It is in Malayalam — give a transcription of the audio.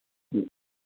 ഉം